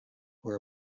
were